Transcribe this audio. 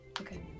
Okay